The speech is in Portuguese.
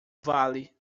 vale